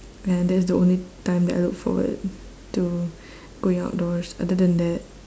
and that's the only time that I look forward to going outdoors other than that